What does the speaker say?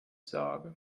sage